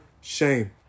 shame